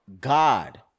God